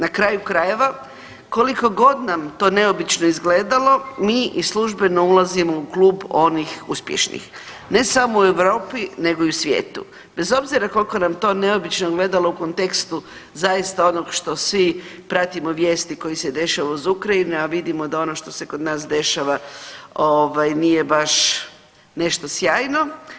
Na kraju krajeva, kolikogod nam to neobično izgledalo mi i službeno ulazimo u klub onih uspješnih, ne samo u Europi nego i u svijetu, bez obzira koliko nam to neobično gledano u kontekstu zaista onog što svi pratimo vijesti koje se dešava uz Ukrajinu, a vidimo da ono što se kod nas dešava nije baš nešto sjajno.